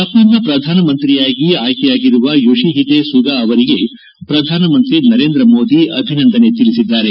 ಜಪಾನ್ನ ಪ್ರಧಾನಮಂತ್ರಿಯಾಗಿ ಆಯ್ಲೆ ಯಾಗಿರುವ ಯೊಶಿಹಿಡೆ ಸುಗಾ ಅವರಿಗೆ ಪ್ರಧಾನಮಂತ್ರಿ ನರೇಂದ ಮೋದಿ ಅಭಿನಂದನೆ ತಿಳಿಸಿದ್ದಾರೆ